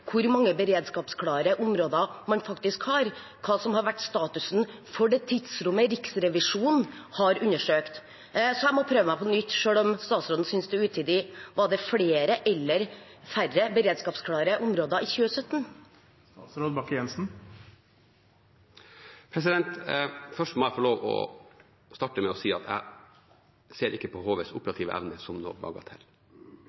hvor mange beredskapsklare områder man faktisk har, og hva som har vært statusen for det tidsrommet Riksrevisjonen har undersøkt. Så jeg må prøve meg på nytt, selv om statsråden synes det er utidig: Var det flere eller færre beredskapsklare områder i 2017? Først må jeg få starte med å si at jeg ser ikke på HVs